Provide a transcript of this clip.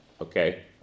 Okay